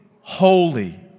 holy